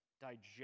digest